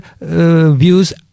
views